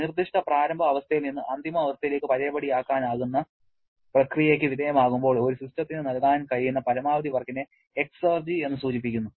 നിർദ്ദിഷ്ട പ്രാരംഭ അവസ്ഥയിൽ നിന്ന് അന്തിമ അവസ്ഥയിലേക്ക് പഴയപടിയാക്കാനാകുന്ന പ്രക്രിയയ്ക്ക് വിധേയമാകുമ്പോൾ ഒരു സിസ്റ്റത്തിന് നൽകാൻ കഴിയുന്ന പരമാവധി വർക്കിനെ എക്സർജി എന്ന് സൂചിപ്പിക്കുന്നു